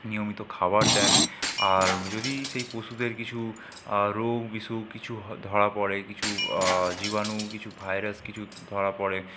নিয়মিত খাবার দেন আর যদি সেই পশুদের কিছু রোগ বিসুখ কিছু হ ধরা পড়ে কিছু জীবাণু কিছু ভাইরাস কিছু ধরা পড়ে